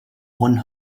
one